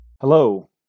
hello